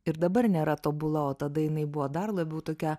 ir dabar nėra tobula o tada jinai buvo dar labiau tokia